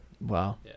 Wow